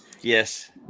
Yes